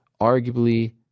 arguably